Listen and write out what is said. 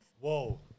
Whoa